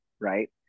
right